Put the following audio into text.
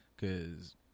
Cause